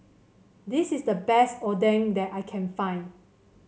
this is the best Oden that I can find